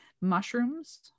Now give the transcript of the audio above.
Mushrooms